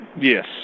Yes